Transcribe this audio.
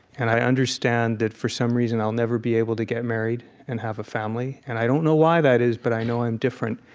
and i understand that, for some reason, i'll never be able to get married and have a family. and i don't know why that is, but i know i'm different.